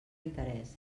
interès